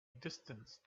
distance